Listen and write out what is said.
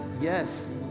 yes